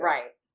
Right